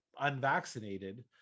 unvaccinated